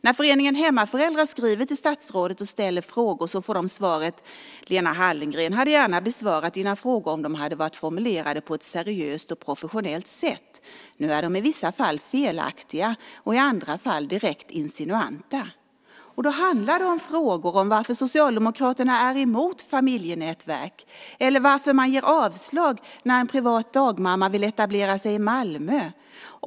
När Föreningen Hemmaföräldrar skriver till statsrådet och ställer frågor får de svaret: Lena Hallengren hade gärna besvarat dina frågor om de hade varit formulerade på ett seriöst och professionellt sätt. Nu är de i vissa fall felaktiga och i andra fall direkt insinuanta. Det handlar då om frågor om varför Socialdemokraterna är emot familjenätverk eller varför det blir avslag för den som vill etablera sig som privat dagmamma i Malmö.